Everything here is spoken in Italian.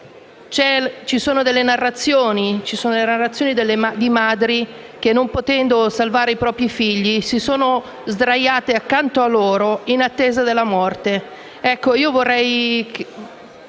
Ci sono narrazioni di madri che, non potendo salvare i propri figli, si sono sdraiate accanto a loro in attesa della morte. Vorrei